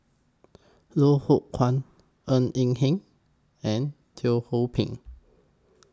Loh Hoong Kwan Ng Eng Hen and Teo Ho Pin